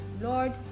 Lord